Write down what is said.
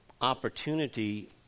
opportunity